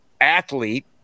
Athlete